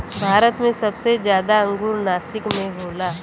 भारत मे सबसे जादा अंगूर नासिक मे होला